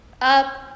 up